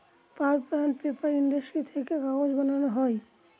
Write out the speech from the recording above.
pulp and paper industry থেকে কাগজ বানানো হয়